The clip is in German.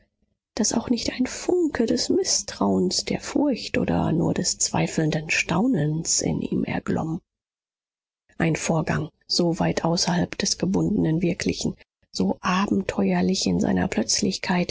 daß auch nicht ein funke des mißtrauens der furcht oder nur des zweifelnden staunens in ihm erglomm ein vorgang so weit außerhalb des gebundenen wirklichen so abenteuerlich in seiner